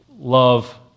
Love